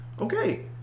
Okay